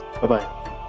Bye-bye